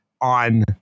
on